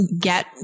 get